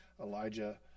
Elijah